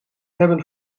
hebben